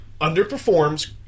Underperforms